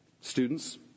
Students